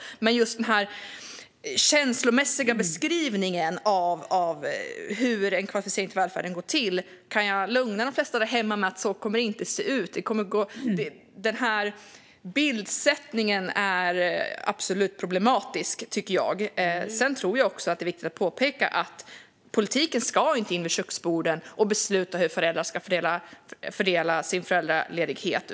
När det gäller den känslomässiga beskrivningen av hur en kvalificering till välfärden går till kan jag lugna de flesta där hemma med att det inte är så det kommer att se ut. Den här bildsättningen är absolut problematisk, tycker jag. Sedan tycker jag också att det är viktigt att påpeka att politiken inte ska in vid köksborden och besluta hur föräldrar ska fördela sin föräldraledighet.